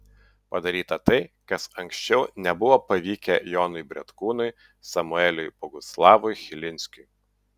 padaryta tai kas anksčiau nebuvo pavykę jonui bretkūnui samueliui boguslavui chilinskiui